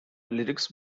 lyrics